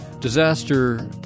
Disaster